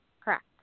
Correct